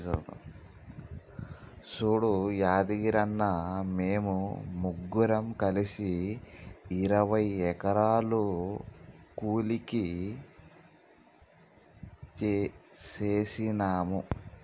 సూడు యాదగిరన్న, మేము ముగ్గురం కలిసి ఇరవై ఎకరాలు కూలికి సేసినాము